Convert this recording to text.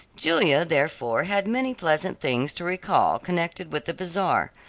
julia, therefore, had many pleasant things to recall connected with the bazaar,